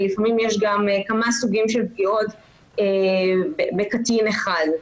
ולפעמים יש גם כמה סוגים של פגיעות בקטין אחד.